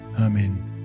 Amen